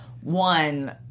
one